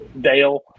Dale